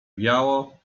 biało